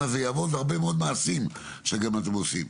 הזה יעבוד והרבה מאוד מעשים שאתם עושים.